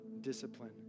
discipline